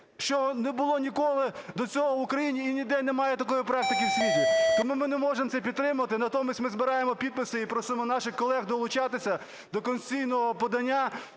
чого не було ніколи до цього в Україні. І ніде немає такої практики в світі. Тому ми не можемо це підтримувати. Натомість ми збираємо підписи і просимо наших колег долучатися до конституційного подання,